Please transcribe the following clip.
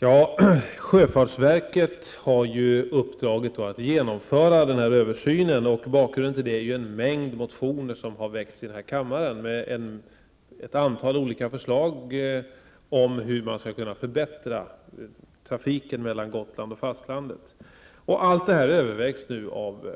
Herr talman! Sjöfartsverket har i uppdrag att genomföra denna översyn, och bakgrunden till det är en mängd motioner som har väckts i riksdagen med ett antal olika förslag om hur trafiken mellan Gotland och fastlandet skall kunna förbättras. Allt detta övervägs nu av